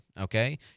okay